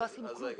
לא עשינו כלום.